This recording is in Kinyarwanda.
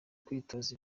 kwitoza